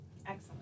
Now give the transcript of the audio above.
Excellent